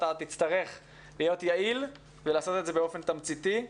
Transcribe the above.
אתה תצטרך להיות יעיל ולעשות את זה באופן תמציתי,